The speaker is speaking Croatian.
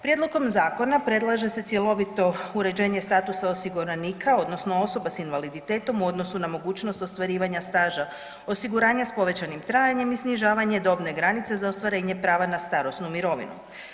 Prijedlogom zakona predlaže se cjelovito uređenje statusa osiguranika odnosno osoba s invaliditetom u odnosu na mogućnost ostvarivanja staža osiguranja s povećanim trajanjem i snižavanje dobne granice za ostvarenje prava na starosnu mirovinu.